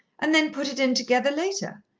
and then put it in together later.